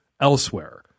elsewhere